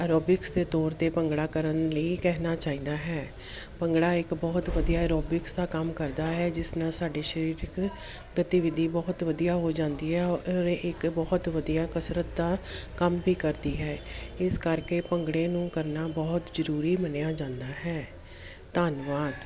aerobics ਦੇ ਤੌਰ 'ਤੇ ਭੰਗੜਾ ਕਰਨ ਲਈ ਕਹਿਣਾ ਚਾਹੀਦਾ ਹੈ ਭੰਗੜਾ ਇੱਕ ਬਹੁਤ ਵਧੀਆ ਐਰੋਬਿਕਸ ਦਾ ਕੰਮ ਕਰਦਾ ਹੈ ਜਿਸ ਨਾਲ ਸਾਡੇ ਸਰੀਰਿਕ ਗਤੀਵਿਧੀ ਬਹੁਤ ਵਧੀਆ ਹੋ ਜਾਂਦੀ ਹੈ ਔਰ ਇੱਕ ਬਹੁਤ ਵਧੀਆ ਕਸਰਤ ਦਾ ਕੰਮ ਵੀ ਕਰਦੀ ਹੈ ਇਸ ਕਰਕੇ ਭੰਗੜੇ ਨੂੰ ਕਰਨਾ ਬਹੁਤ ਜ਼ਰੂਰੀ ਮੰਨਿਆ ਜਾਂਦਾ ਹੈ ਧੰਨਵਾਦ